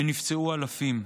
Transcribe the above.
ונפצעו אלפים.